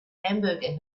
hamburger